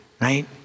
right